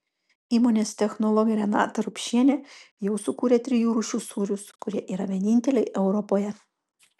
įmonės technologė renata rupšienė jau sukūrė trijų rūšių sūrius kurie yra vieninteliai europoje